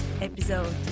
episode